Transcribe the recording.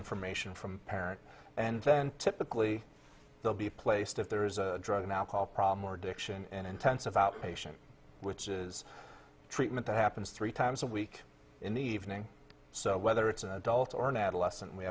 information from parents and then typically they'll be placed if there is a drug or alcohol problem or addiction and intensive outpatient which is treatment that happens three times a week in the evening so whether it's an adult or an adolescent we